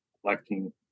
collecting